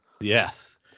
Yes